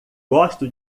gosto